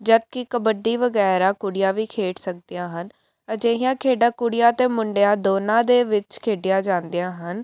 ਜਦੋਂ ਕਿ ਕਬੱਡੀ ਵਗੈਰਾ ਕੁੜੀਆਂ ਵੀ ਖੇਡ ਸਕਦੀਆਂ ਹਨ ਅਜਿਹੀਆਂ ਖੇਡਾਂ ਕੁੜੀਆਂ ਅਤੇ ਮੁੰਡਿਆਂ ਦੋਨਾਂ ਦੇ ਵਿੱਚ ਖੇਡੀਆਂ ਜਾਂਦੀਆਂ ਹਨ